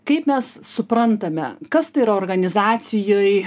kaip mes suprantame kas tai organizacijoj